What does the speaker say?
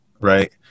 right